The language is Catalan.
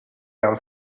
gran